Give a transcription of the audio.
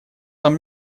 там